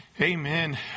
Amen